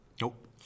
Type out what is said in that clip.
Nope